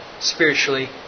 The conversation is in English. spiritually